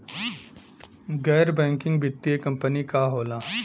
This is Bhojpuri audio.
गैर बैकिंग वित्तीय कंपनी का होला?